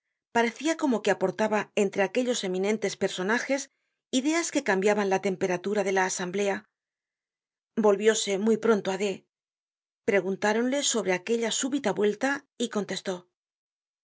parecia como que aportaba entre aquellos eminentes personajes ideas que cambiaban la temperatura de la asamblea volvióse muy pronto á d preguntáronle sobre aquella súbita vuelta y contestó